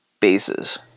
bases